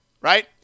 right